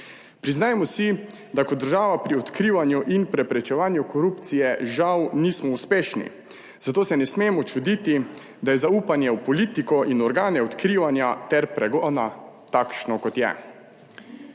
Priznajmo si, da kot država pri odkrivanju in preprečevanju korupcije žal nismo uspešni, zato se ne smemo čuditi, da je zaupanje v politiko in organe odkrivanja ter pregona takšno, kot je.